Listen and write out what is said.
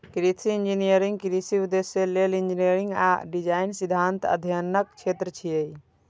कृषि इंजीनियरिंग कृषि उद्देश्य लेल इंजीनियरिंग आ डिजाइन सिद्धांतक अध्ययनक क्षेत्र छियै